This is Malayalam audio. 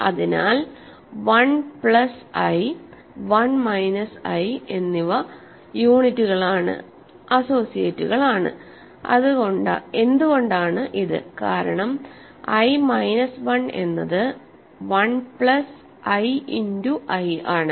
അതിനാൽ 1 പ്ലസ് i i മൈനസ് 1 എന്നിവ യൂണിറ്റുകളാണ് അസോസിയേറ്റുകൾ ആണ് എന്തുകൊണ്ടാണ് ഇത് കാരണം i മൈനസ് 1 എന്നത് 1 പ്ലസ് i ഇന്റു i ആണ്